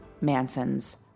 Manson's